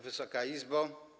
Wysoka Izbo!